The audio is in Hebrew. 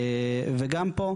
וגם פה,